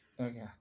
Okay